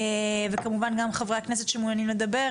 וכמובן גם חברי הכנסת שמעוניינים לדבר,